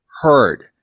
heard